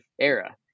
era